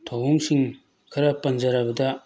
ꯊꯧꯑꯣꯡꯁꯤꯡ ꯈꯔ ꯄꯟꯖꯔꯕꯗ